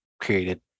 created